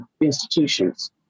institutions